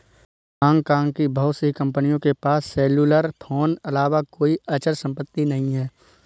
Hong Kong की बहुत सी कंपनियों के पास सेल्युलर फोन अलावा कोई अचल संपत्ति नहीं है